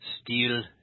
Steel